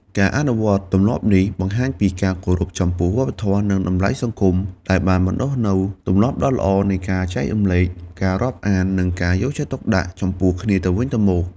ការអនុវត្តទម្លាប់នេះ បង្ហាញពីការគោរពចំពោះវប្បធម៌ និងតម្លៃសង្គមដែលបានបណ្ដុះនូវទម្លាប់ដ៏ល្អនៃការចែករំលែក ការរាប់អាន និងការយកចិត្តទុកដាក់ចំពោះគ្នាទៅវិញទៅមក។